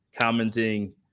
commenting